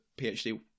PhD